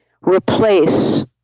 replace